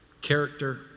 character